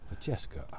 Jessica